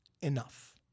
enough